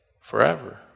Forever